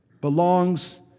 belongs